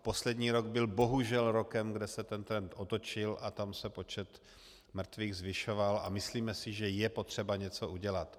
Poslední rok byl bohužel rokem, kde se ten trend otočil a tam se počet mrtvých zvyšoval, a myslíme si, že je potřeba něco udělat.